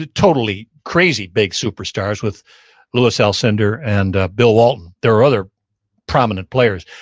ah totally crazy big superstars with lewis alcindor and ah bill walton. there were other prominent players.